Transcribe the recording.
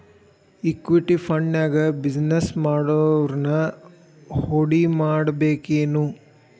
Equity ಫಂಡ್ನ್ಯಾಗ business ಮಾಡೊವ್ರನ ಹೂಡಿಮಾಡ್ಬೇಕೆನು?